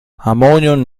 ammonium